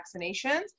vaccinations